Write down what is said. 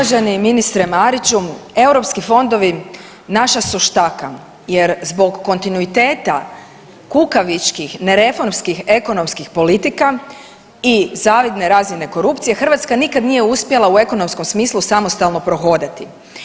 Uvaženi ministre Mariću, europski fondovi naša su štaka jer zbog kontinuiteta kukavičkih nereformskih ekonomskih politika i zavidne razine korupcije Hrvatska nikad nije uspjela u ekonomskom smislu samostalno prohodati.